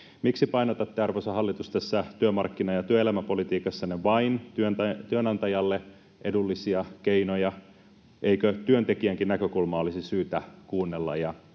Miksi painotatte, arvoisa hallitus, tässä työmarkkina- ja työelämäpolitiikassanne vain työnantajalle edullisia keinoja? Eikö työntekijänkin näkökulmaa olisi syytä kuunnella ja